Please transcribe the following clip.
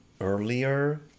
earlier